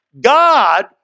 God